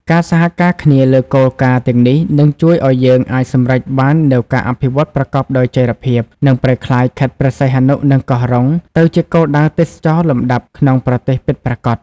ការសហការគ្នាលើគោលការណ៍ទាំងនេះ នឹងជួយឲ្យយើងអាចសម្រេចបាននូវការអភិវឌ្ឍប្រកបដោយចីរភាព និងប្រែក្លាយខេត្តព្រះសីហនុ និងកោះរ៉ុង ទៅជាគោលដៅទេសចរណ៍លំដាប់ក្នុងប្រទេសពិតប្រាកដ។